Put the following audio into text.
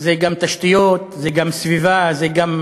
זה גם תשתיות, זה גם סביבה, זה גם